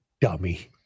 dummy